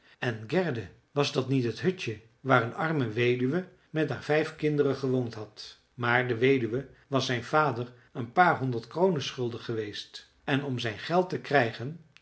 engärde was dat niet het hutje waar een arme weduwe met haar vijf kinderen gewoond had maar de weduwe was zijn vader een paar honderd kronen schuldig geweest en om zijn geld te krijgen